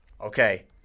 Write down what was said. Okay